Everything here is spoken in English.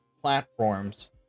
platforms